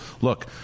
look